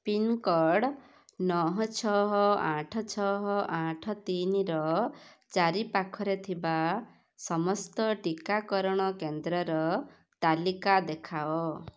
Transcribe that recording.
pincode ନଅ ଛଅ ଆଠ ଛଅ ଆଠ ତିନିର ଚାରିପାଖରେ ଥିବା ସମସ୍ତ ଟିକାକରଣ କେନ୍ଦ୍ରର ତାଲିକା ଦେଖାଅ